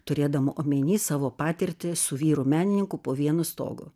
turėdama omeny savo patirtį su vyru menininku po vienu stogu